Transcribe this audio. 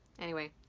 anyway,